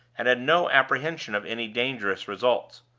and had no apprehension of any dangerous results.